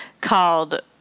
called